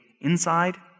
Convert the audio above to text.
inside